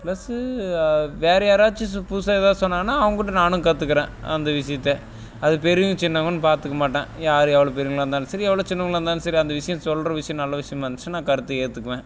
plus வேறு யாராச்சும் புதுசாக ஏதாவது சொன்னாங்கன்னால் அவங்ககிட்ட நானும் கற்றுக்கிறேன் அந்த விஷயத்த அது பெரியவங்கள் சின்னவங்கன்னு பார்த்துக்க மாட்டேன் யார் எவ்வளோ பெரியவங்களாக இருந்தாலும் சரி எவ்வளோ சின்னவங்களாக இருந்தாலும் சரி அந்த விஷயம் சொல்கிற விஷயம் நல்ல விஷயமா இருந்துச்சுனா நான் கருத்தை ஏற்றுக்குவேன்